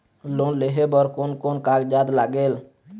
Loan लेहे बर कोन कोन कागजात लागेल?